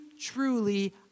truly